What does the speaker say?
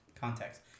Context